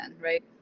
right